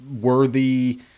worthy